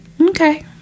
Okay